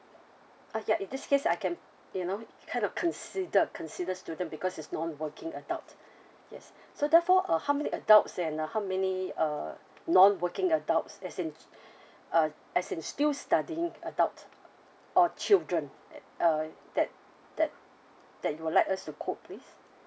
ah ya in this case I can you know kind of consider consider student because it's non-working adult yes so therefore uh how many adults and uh how many uh non-working adults as in uh as in still studying adult or children uh that that that you would like us to quote with